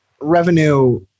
Revenue